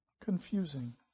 confusing